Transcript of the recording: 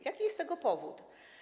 Jaki jest tego powód?